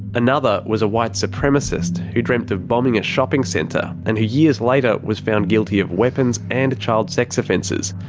another was a white supremacist who dreamt of bombing a shopping centre, and who years later was found guilty of weapons and child sex offences.